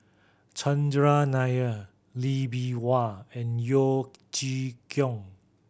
Chandran Nair Lee Bee Wah and Yeo Chee Kiong